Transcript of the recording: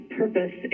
purpose